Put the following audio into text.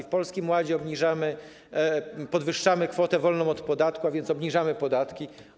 W Polskim Ładzie podwyższamy kwotę wolną od podatku, a więc obniżamy podatki.